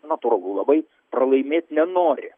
natūralu labai pralaimėt nenori